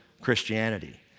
christianity